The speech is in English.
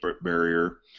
barrier